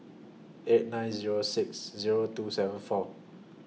eight nine Zero six Zero two seven four